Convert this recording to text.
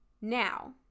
Now